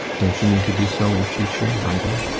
don't you mean to do so in future, either?